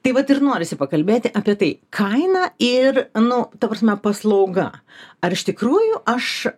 tai vat ir norisi pakalbėti apie tai kaina ir nu ta prasme paslauga ar iš tikrųjų aš